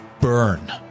burn